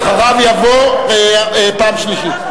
נכון, ואחריה תבוא פעם שלישית.